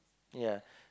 ya